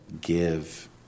give